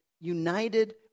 united